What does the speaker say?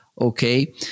Okay